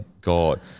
god